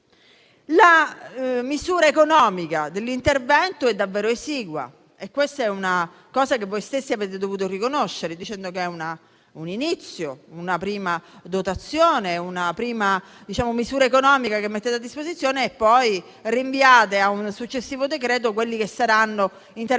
La misura economica dell'intervento è davvero esigua e questo è un fatto che voi stessi avete dovuto riconoscere dicendo che è un inizio, una prima dotazione, una prima misura economica che mettete a disposizione, rinviando a un successivo provvedimento gli interventi